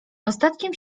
ostatkiem